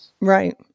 right